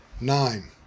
nine